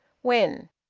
when?